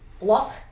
block